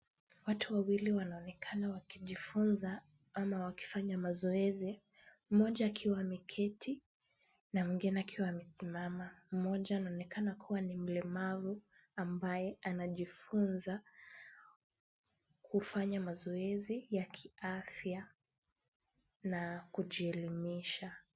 Watu wawili wanaonekana wakijifunza ama wakifanya mazoezi, mmoja akiwa ameketi na mwingine akiwa amesimama. Mmoja anaonekana kuwa ni mlemavu ambaye anajifunza kufanya mazoezi ya kiafya na kujielimisha.